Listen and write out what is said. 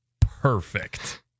perfect